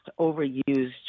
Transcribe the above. overused